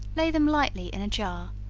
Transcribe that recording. lay them lightly in a jar,